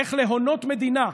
"איך להונות מדינה",